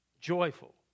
joyful